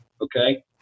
okay